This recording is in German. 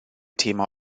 thema